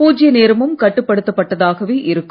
பூஜ்ய நேரமும் கட்டுப்படுத்தப்பட்டதாகவே இருக்கும்